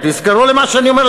תזכרו מה שאני אומר,